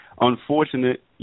unfortunate